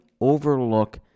overlook